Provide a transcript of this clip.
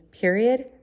period